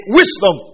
wisdom